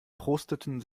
prosteten